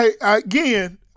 Again